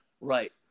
Right